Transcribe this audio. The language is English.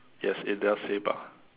yes it does say bar